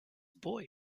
boy